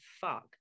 fuck